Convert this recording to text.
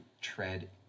tread